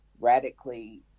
radically